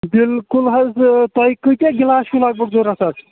بالکُل حظ توہہِ کۭتیاہ گِلاس چھو لگ بگ ضروٗرت حظ